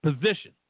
position